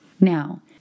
Now